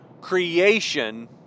creation